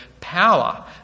power